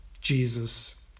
Jesus